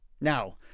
Now